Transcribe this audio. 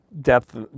depth